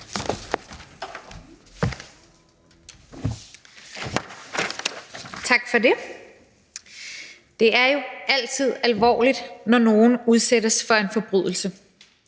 Tak for det. Det er jo altid alvorligt, når nogen udsættes for en forbrydelse